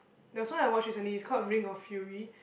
there was one I watch recently it's called Ring-of-Fury